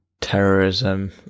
terrorism